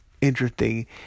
interesting